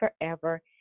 forever